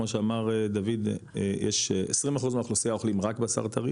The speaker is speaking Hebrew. כי כמו שאמר דוד יש 20% מהאוכלוסייה אוכלים רק בשר טרי